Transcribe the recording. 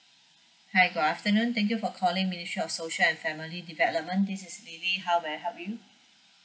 hi good afternoon thank you for calling ministry of social and family development this is lily how may I help you